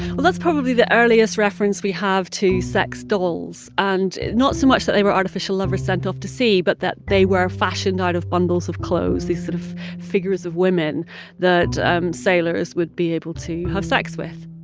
well, that's probably the earliest reference we have to sex dolls and not so much that they were artificial lovers sent off to sea but that they were fashioned out of bundles of clothes, these sort of figures of women that um sailors would be able to have sex with.